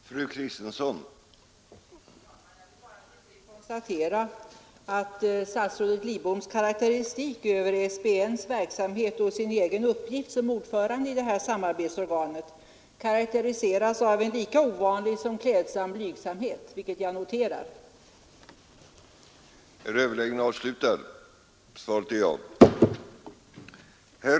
Herr talman! Jag vill bara till sist konstatera att statsrådet Lidboms Tisdagen den karakteristik av SBN:s verksamhet och hans egen uppgift som ordförande 10 april 1973 i detta samarbetsorgan karakteriseras av en lika ovanlig som klädsam blygsamhet, vilket jag noterar.